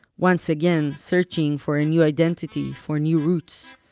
once again searching for a new identity, for new roots.